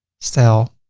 style,